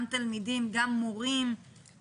התלמידים והמורים יקבלו תשובות.